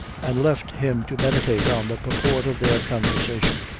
and left him to meditate on the purport of their conversation.